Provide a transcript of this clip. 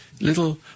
Little